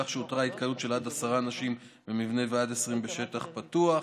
כך שהותרה התקהלות של עד עשרה אנשים במבנה ועד 20 בשטח פתוח.